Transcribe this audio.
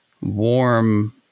warm